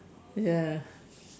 ya